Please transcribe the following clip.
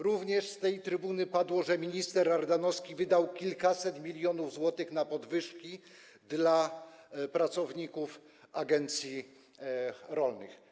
Również z tej trybuny padło, że minister Ardanowski wydał kilkaset milionów złotych na podwyżki dla pracowników agencji rolnych.